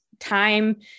Time